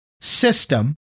system